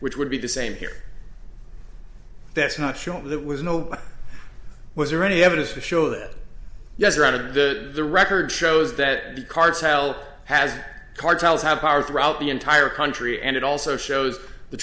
which would be the same here that's not shown that was know was there any evidence to show that yes her out of the record shows that the cartel has cartels have power throughout the entire country and it also shows the